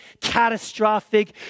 catastrophic